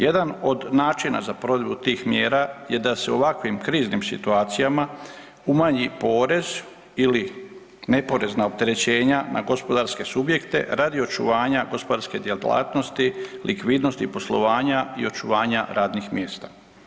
Jedan od načina za provedbu tih mjera je da se u ovakvim kriznim situacijama umanji porez ili neporezna opterećenja na gospodarske subjekte radi očuvanja gospodarske djelatnosti, likvidnosti poslovanja i očuvanja radnih mjesta.